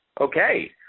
Okay